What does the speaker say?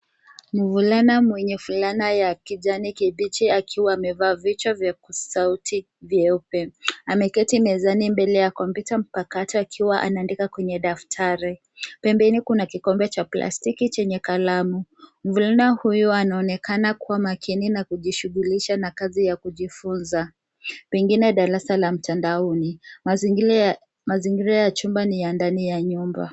Mvulana mwenye fulana wa kijani kibichi akiwa amevaa vichwa vya sauti vyeupe. Ameketi mezani mbele ya kompyuta mpakato akiwa anaandika kwenye daftari. Pembeni kuna kikombe cha plastiki chenye kalamu. Mvulana huyu anaonekana kuwa makini na kujishughulisha na kazi ya kujifunza, pengine darasa la mtandaoni. Mazingira ya chumba ni ya ndani ya nyumba.